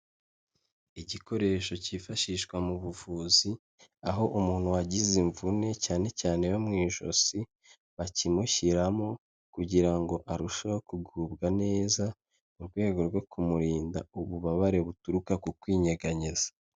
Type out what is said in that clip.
Igikoresho cyifashishwa mu buvuzi aho umuntu wagize imvune cyane cyane yo mu ijosi bakimushyiramo kugira ngo arusheho kugubwa neza mu rwego rwo kumurinda ububabare buturuka ku kwinyeganyeza.